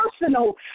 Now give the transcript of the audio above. personal